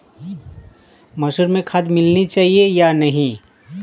मसूर में खाद मिलनी चाहिए या नहीं?